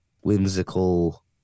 whimsical